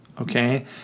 okay